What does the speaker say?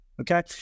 okay